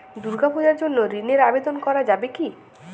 দুর্গাপূজার জন্য ঋণের আবেদন করা যাবে কি?